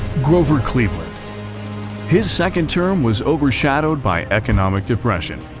grover cleveland his second term was overshadowed by economic depression.